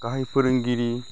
गाहाय फोरोंगिरि